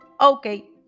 Okay